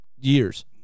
years